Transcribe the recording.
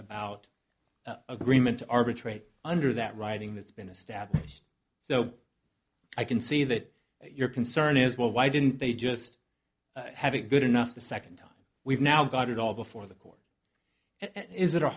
about agreement to arbitrate under that writing that's been established so i can see that your concern is well why didn't they just have it good enough the second time we've now got it all before the court and is it a